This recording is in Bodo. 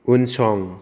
उनसं